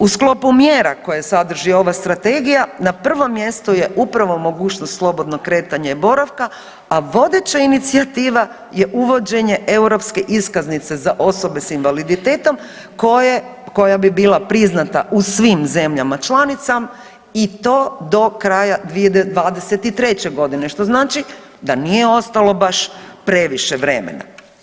U sklopu mjera koje sadrži ova strategija na prvom mjestu je upravo mogućnost slobodnog kretanja i boravka, a vodeća inicijativa je uvođenje europske iskaznice za osobe sa invaliditetom koja bi bila priznata u svim zemljama članicama i to do kraja 2023. godine što znači da nije ostalo baš previše vremena.